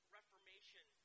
Reformation